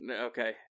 Okay